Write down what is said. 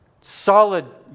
solid